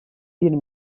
bir